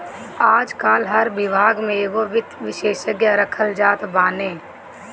आजकाल हर विभाग में एगो वित्त विशेषज्ञ रखल जात बाने